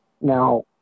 now